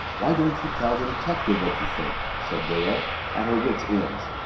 why don't you tell the detective what you think? said dale at her wits' end.